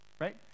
right